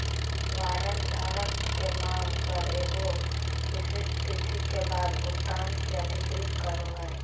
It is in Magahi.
वारंट धारक के मांग पर एगो विशिष्ट तिथि के बाद भुगतान के अधिकृत करो हइ